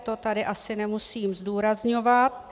To tady asi nemusím zdůrazňovat.